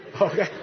Okay